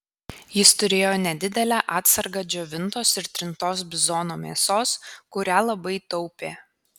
jis turėjo nedidelę atsargą džiovintos ir trintos bizono mėsos kurią labai taupė